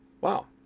Wow